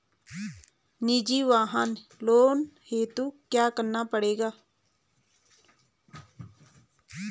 निजी वाहन लोन हेतु क्या करना पड़ेगा?